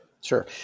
sure